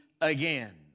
again